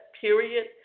period